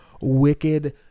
wicked